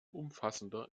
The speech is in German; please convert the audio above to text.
umfassender